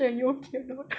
cher~ you okay or not